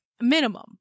Minimum